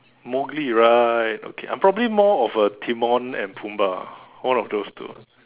Mowgli right okay I'm probably more of a Timon and Pumbaa one of those two